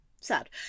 sad